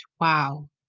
Wow